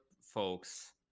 folks